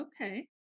okay